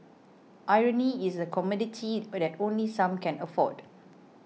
irony is a commodity but only some can afford